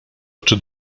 oczy